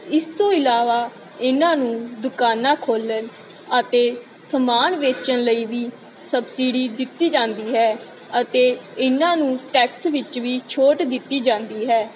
ਇਸ ਤੋਂ ਇਲਾਵਾ ਇਹਨਾਂ ਨੂੰ ਦੁਕਾਨਾਂ ਖੋਲ੍ਹਣ ਅਤੇ ਸਮਾਨ ਵੇਚਣ ਲਈ ਵੀ ਸਬਸਿਡੀ ਦਿੱਤੀ ਜਾਂਦੀ ਹੈ ਅਤੇ ਇਹਨਾਂ ਨੂੰ ਟੈਕਸ ਵਿੱਚ ਵੀ ਛੋਟ ਦਿੱਤੀ ਜਾਂਦੀ ਹੈ